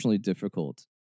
difficult